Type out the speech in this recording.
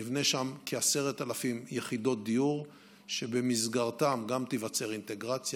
נבנה שם כ-10,000 יחידות דיור שבמסגרתן גם תיווצר אינטגרציה,